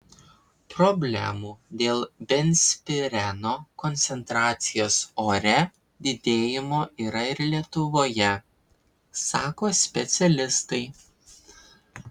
problemų dėl benzpireno koncentracijos ore didėjimo yra ir lietuvoje sako specialistai